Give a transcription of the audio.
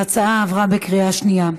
ההצעה עברה בקריאה שנייה.